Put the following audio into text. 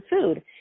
food